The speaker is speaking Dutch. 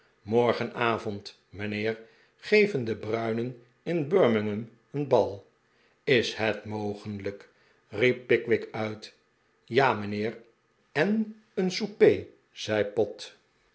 morgenavond mijnheer geven de bruinen in birmingham een bal is het mogelijk riep pickwick uit ja mijnheer en een souper zei pott